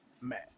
Man